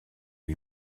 lui